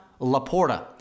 Laporta